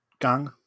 gang